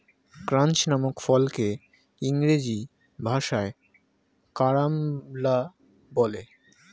ক্রাঞ্চ নামক ফলকে ইংরেজি ভাষায় কারাম্বলা বলে